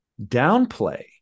downplay